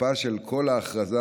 תוקפה של כל הכרזה,